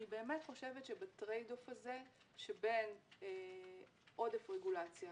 אני באמת חושבת שב-trade-off הזה שבין עודף רגולציה